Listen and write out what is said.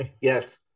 Yes